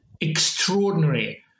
extraordinary